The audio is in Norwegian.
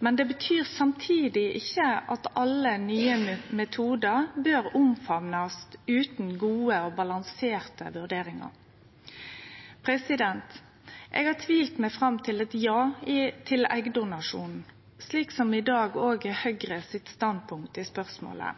Samtidig betyr ikkje det at alle nye metodar bør omfamnast utan gode, balanserte vurderingar. Eg har tvilt meg fram til eit ja til eggdonasjon, som i dag òg er Høgres standpunkt i spørsmålet, og som vi signaliserer gjennom våre merknader i saka. Eggdonasjon er